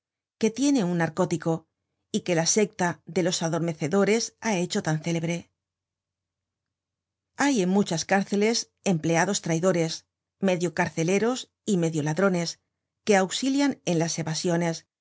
que tiene un narcótico y que la secta de los adormecedores ha hecho tan célebre hay en muchas cárceles empleados traidores medio carceleros y medio ladrones que auxilian en las evasiones